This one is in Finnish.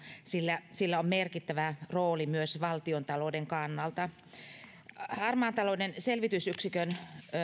sillä sillä on merkittävä rooli myös valtiontalouden kannalta harmaan talouden selvitysyksikön